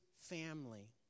family